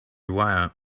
wire